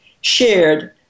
shared